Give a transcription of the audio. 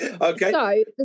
Okay